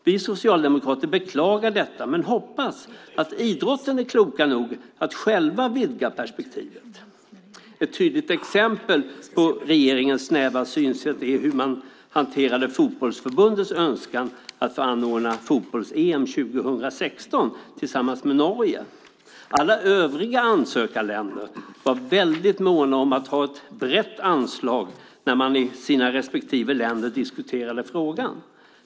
Vi socialdemokrater beklagar detta men hoppas att de inom idrotten är kloka nog att själva vidga perspektivet. Ett tydligt exempel på regeringens snäva synsätt är hur man hanterade Fotbollförbundets önskan om att tillsammans med Norge få anordna fotbolls-EM 2016. Alla övriga ansökarländer var väldigt måna om att ha ett brett anslag när man i respektive land diskuterade frågan.